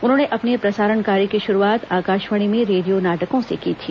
उन्होंने अपने प्रसारण कार्य की शुरूआत आकाशवाणी में रेडियो नाटकों से की थी